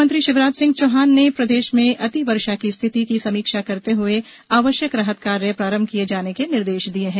मुख्यमंत्री शिवराज सिंह चौहान ने प्रदेश में अतिवर्षा की स्थिति की समीक्षा करते हुए आवश्यक राहत कार्य प्रारंभ किये जाने के निर्देश दिये हैं